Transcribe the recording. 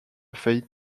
faillite